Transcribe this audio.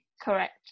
Correct